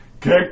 Kick